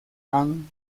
han